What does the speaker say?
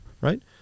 Right